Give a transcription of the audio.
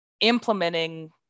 implementing